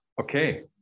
Okay